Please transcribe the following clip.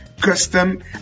custom